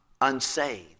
unsaved